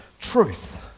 truth